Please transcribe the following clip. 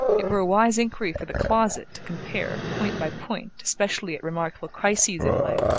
it were a wise inquiry for the closet, to compare, point by point, especially at remarkable crises in life,